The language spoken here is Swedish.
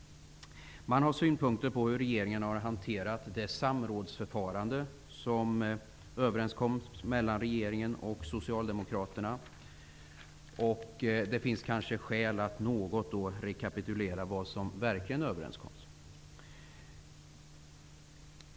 Man har synpunkter på hur regeringen har hanterat det samrådsförfarande som regeringen och Socialdemokraterna kom överens om. Det finns kanske skäl att något rekapitulera vad som verkligen ingick i överenskommelsen.